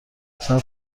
صبر